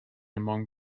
among